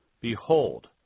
behold